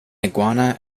iguana